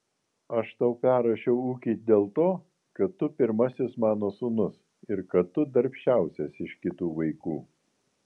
aš tau perrašiau ūkį dėl to kad tu pirmasis mano sūnus ir kad tu darbščiausias iš kitų vaikų